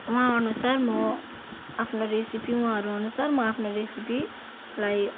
उहाँ अनुसार म आफ्नो रेसिपी उहाँहरू अनुसार म आफ्नो रेसिपीलाई